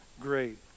great